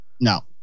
no